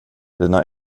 dina